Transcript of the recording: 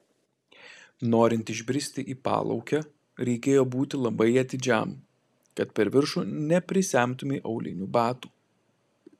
norint išbristi į palaukę reikėjo būti labai atidžiam kad per viršų neprisemtumei aulinių batų